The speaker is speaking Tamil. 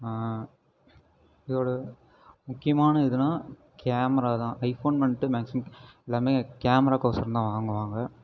இதோடய முக்கியமான இதுனால் கேமரா தான் ஐஃபோன் வந்துட்டு மேக்ஸிமம் எல்லாமே கேமராக்கொசரோந்தான் வாங்குவாங்க